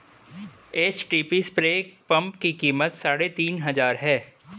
HTP spray pump की कीमत साढ़े तीन हजार है